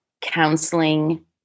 counseling